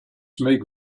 make